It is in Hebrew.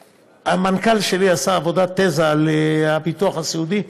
המנכ"ל שלי עשה עבודת תזה על הביטוח הסיעודי.